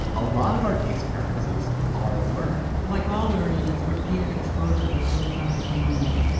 a lot of our taste preferences are learned like all learning, it's repeated exposure that builds on the familiar.